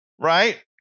Right